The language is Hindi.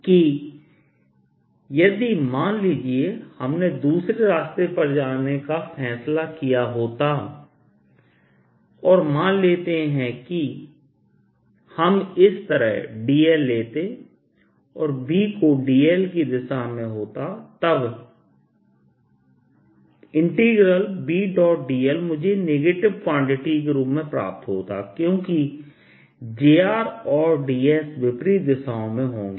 Bdl0I 02πB Rdϕ0I BR2π0I B0I2πR कि यदि मान लीजिए हमने दूसरे रास्ते पर जाने का फैसला किया होता और मान लेते हैं कि हम इस तरह dl लेते और B भी dl की दिशा में होता तब Bdl मुझे नेगेटिव क्वांटिटी के रूप में प्राप्त होता क्योंकि Jr और dS विपरीत दिशाओं में होंगे